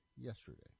yesterday